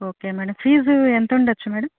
okay madam fees ఎంత ఉండచ్చు madam